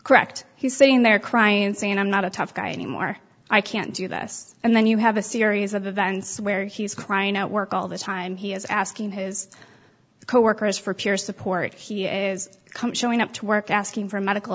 correct he's sitting there crying and saying i'm not a tough guy anymore i can't do that and then you have a series of events where he's crying at work all the time he is asking his coworkers for peer support he is coming up to work asking for medical